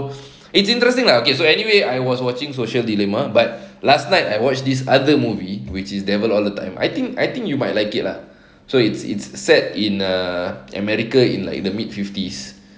it's interesting lah like okay so anyway I was watching social dilemma but last night I watched this other movie which is devil all the time I think I think you might like it lah so it's it's set in a america in like the mid fifties